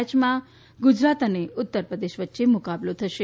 મેચમાં ગુજરાત અને ઉત્તરપ્રદેશ વચ્ચે મુકાબલો થશે